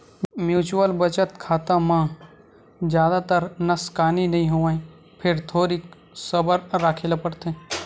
mutual बचत खाता म जादातर नसकानी नइ होवय फेर थोरिक सबर राखे ल परथे